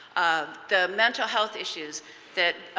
um the mental health issues that